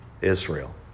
Israel